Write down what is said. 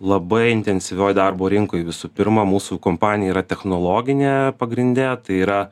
labai intensyvioj darbo rinkoj visų pirma mūsų kompanija yra technologinė pagrinde tai yra